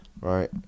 right